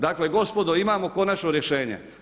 Dakle, gospodo imamo konačno rješenje.